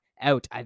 out